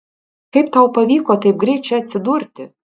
kaip tau pavyko taip greit čia atsidurti